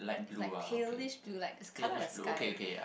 it's like palish blue like it's colour of the sky